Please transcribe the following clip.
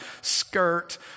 skirt